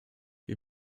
wir